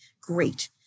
Great